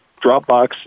Dropbox